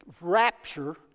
rapture